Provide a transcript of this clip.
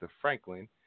Franklin